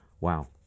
Wow